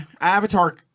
Avatar